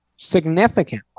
Significantly